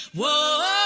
Whoa